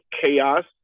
chaos